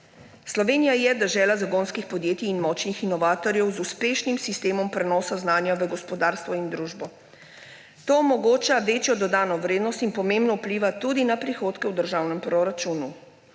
Slovenija je dežela zagonskih podjetij in močnih inovatorjev z uspešnim sistemom prenosa znanja v gospodarstvo in družbo. To omogoča večjo dodano vrednost in pomembno vpliva tudi na prihodke v državnem proračunu,